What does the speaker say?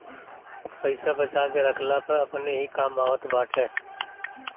पईसा बचा के रखला पअ अपने ही काम आवत बाटे